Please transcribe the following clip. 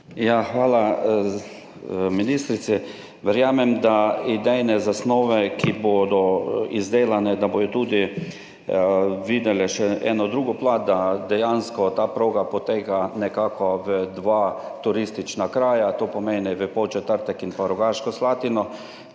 Hvala ministrici. Verjamem, da bodo idejne zasnove, ki bodo izdelane, tudi videle še eno drugo plat, da dejansko ta proga poteka nekako v dva turistična kraja, to pomeni v Podčetrtek in Rogaško Slatino,